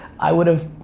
i would've,